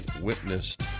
witnessed